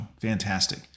Fantastic